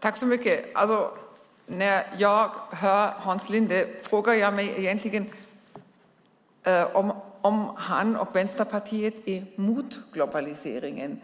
Fru talman! När jag hör Hans Linde frågar jag mig om han och Vänsterpartiet är emot globaliseringen.